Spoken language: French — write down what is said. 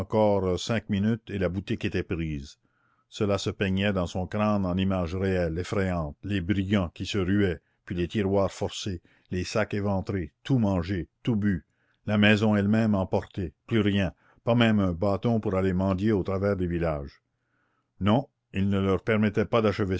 cinq minutes et la boutique était prise cela se peignait dans son crâne en images réelles effrayantes les brigands qui se ruaient puis les tiroirs forcés les sacs éventrés tout mangé tout bu la maison elle-même emportée plus rien pas même un bâton pour aller mendier au travers des villages non il ne leur permettrait pas